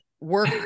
work